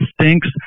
stinks